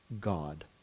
God